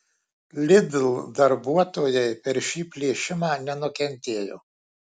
lidl darbuotojai per šį plėšimą nenukentėjo